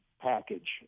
package